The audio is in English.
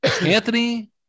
Anthony